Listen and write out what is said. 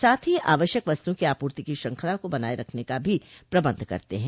साथ ही आवश्यक वस्तुओं की आपूर्ति की श्रृंखला को बनाये रखने का भी प्रबंध करते हैं